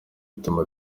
bituma